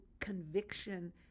conviction